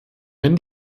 wenn